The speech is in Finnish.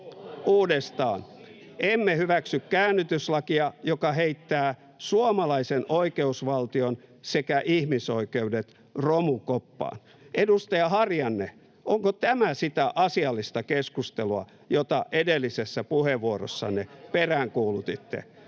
Uudestaan: ”Emme hyväksy käännytyslakia, joka heittää suomalaisen oikeusvaltion sekä ihmisoikeudet romukoppaan.” Edustaja Harjanne, onko tämä sitä asiallista keskustelua, jota edellisessä puheenvuorossanne peräänkuulutitte?